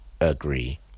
agree